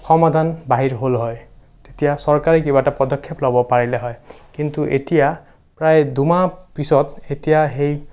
সমাধান বাহিৰ হ'ল হয় তেতিয়া চৰকাৰে কিবা এটা পদক্ষেপ ল'ব পাৰিলে হয় কিন্তু এতিয়া প্ৰায় দুমাহ পিছত এতিয়া সেই